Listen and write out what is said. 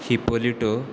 Hipolito